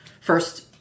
first